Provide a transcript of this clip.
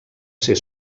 ser